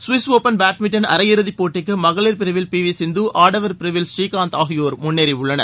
கவிஸ் open badminton அரையிறுதி போட்டிக்கு மகளிர் பிரிவில் பி வி சிந்து ஆடவர் பிரிவில் ஸ்ரீகாந்த் ஆகியோர் முன்னேறியுள்ளனர்